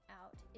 out